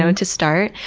ah and to start.